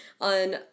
on